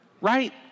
Right